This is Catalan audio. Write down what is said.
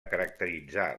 caracteritzar